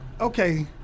okay